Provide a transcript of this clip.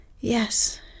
Yes